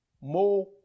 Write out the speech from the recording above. more